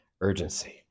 urgency